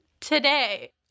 today